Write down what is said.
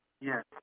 Yes